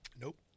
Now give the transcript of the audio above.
Nope